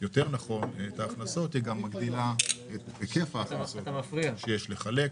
היא גם מגדילה את היקף ההכנסות שיש לחלק.